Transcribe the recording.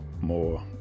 more